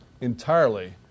entirely